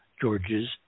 George's